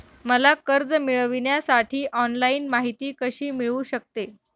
मला कर्ज मिळविण्यासाठी ऑनलाइन माहिती कशी मिळू शकते?